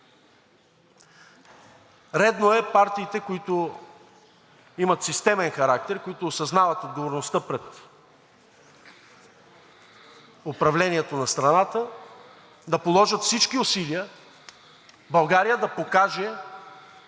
Редно е партиите, които имат системен характер, които осъзнават отговорността пред управлението на страната, да положат всички усилия България да покаже,